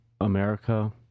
America